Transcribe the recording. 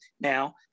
Now